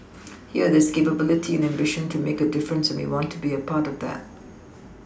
here there's capability and ambition to make a difference and we want to be a part of that